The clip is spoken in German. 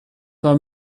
war